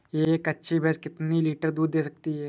एक अच्छी भैंस कितनी लीटर दूध दे सकती है?